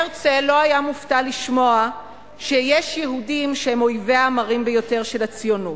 הרצל לא היה מופתע לשמוע שיש יהודים שהם אויביה המרים ביותר של הציונות,